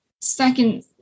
second